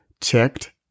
checked